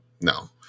No